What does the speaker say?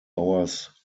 hours